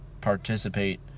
participate